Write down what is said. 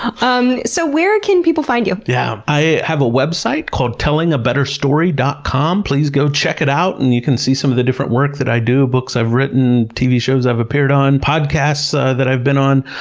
um so, where can people find you? yeah i have a website called tellingabetterstory dot com. please go check it out and you can see some of the work that i do, books i've written, tv shows i've appeared on, podcasts ah that i've been on.